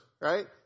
right